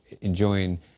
enjoying